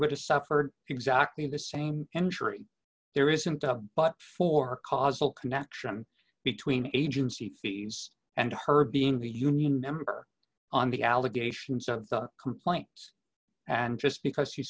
would a suffered exactly the same injury there isn't a but for causal connection between agency feeds and her being the union member on the allegations of the complaints and just because you